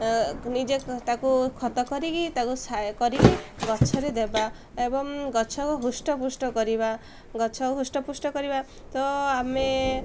ନିଜେ ତାକୁ ଖତ କରିକି ତାକୁ ସ କରିକି ଗଛରେ ଦେବା ଏବଂ ଗଛ ହୃଷ୍ଟ ପୃଷ୍ଟ କରିବା ଗଛ ହୃଷ୍ଟ ପୃଷ୍ଟ କରିବା ତ ଆମେ